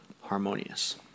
harmonious